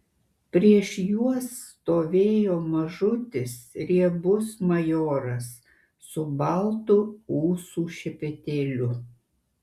prieš juos stovėjo mažutis riebus majoras su baltu ūsų šepetėliu